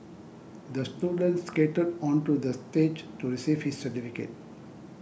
the student skated onto the stage to receive his certificate